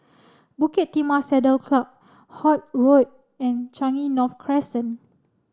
Bukit Timah Saddle Club Holt Road and Changi North Crescent